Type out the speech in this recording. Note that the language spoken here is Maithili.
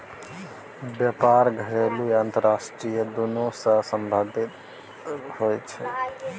बेपार घरेलू आ अंतरराष्ट्रीय दुनु सँ संबंधित होइ छै